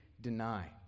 deny